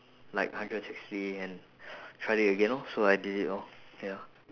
like hundred and sixty and tried it again lor so I did it lor ya